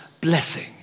blessing